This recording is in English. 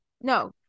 No